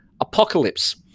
apocalypse